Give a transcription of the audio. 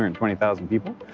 and twenty thousand people,